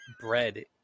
Bread